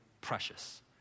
precious